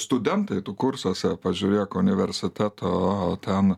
studentai tu kursuose pažiūrėk universiteto ten